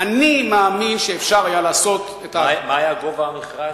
אני מאמין שאפשר היה לעשות את, מה היה גובה המכרז?